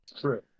true